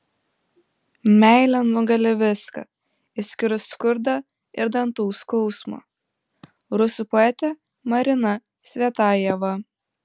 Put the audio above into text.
meilė nugali viską išskyrus skurdą ir dantų skausmą rusų poetė marina cvetajeva